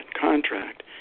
contract